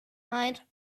mind